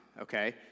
okay